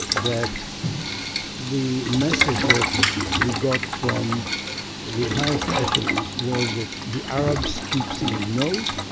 that the message that we got from the highest echelons was that the arabs keep saying no,